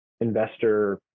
investor